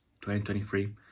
2023